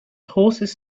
horses